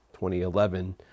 2011